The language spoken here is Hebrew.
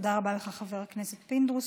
תודה רבה לך, חבר הכנסת פינדרוס.